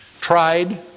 tried